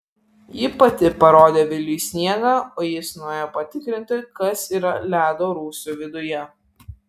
ji pati parodė viliui sniegą o jis nuėjo patikrinti kas yra ledo rūsio viduje